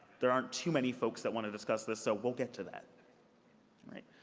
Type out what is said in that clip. there aren't too many folks that want to discuss this, so we'll get to that. all right.